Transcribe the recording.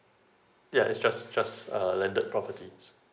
yeah it's just just a landed property